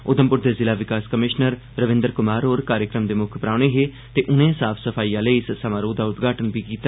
उधमपुर दे जिला विकास कमिशनर रविंदर कुमार होर कार्यक्रम दे मुक्ख परौहने हे ते उनें साफ सफाई आह्ले इस समारोह दा उद्घाटन बी कीता